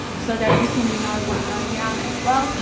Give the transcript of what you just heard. so that you can know what's going down it as well.